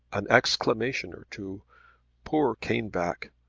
an exclamation or two poor caneback!